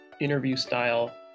interview-style